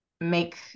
make